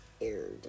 aired